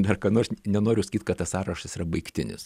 dar ką nors nenoriu sakyt kad tas sąrašas yra baigtinis